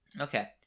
Okay